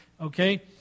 Okay